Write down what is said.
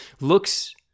looks